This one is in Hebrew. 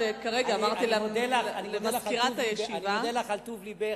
אני מודה לך על טוב לבך.